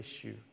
issue